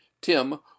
Tim